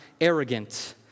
arrogant